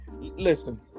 Listen